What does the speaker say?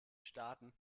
staaten